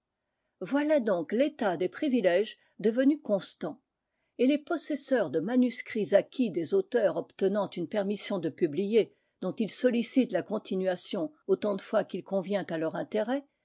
voilà donc l'état des privilèges devenu constant et les possesseurs de manuscrits acquis des auteurs obtenant une permission de publier dont ils sollicitent la continuation autant de fois qu'il convient à leur intérêt